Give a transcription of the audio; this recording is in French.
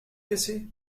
casser